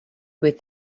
with